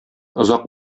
озак